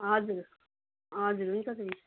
हजुर हजुर हुन्छ त मिस